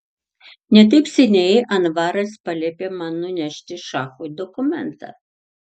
ne taip seniai anvaras paliepė man nunešti šachui dokumentą